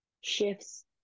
shifts